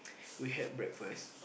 we had breakfast